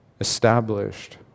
established